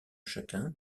chacun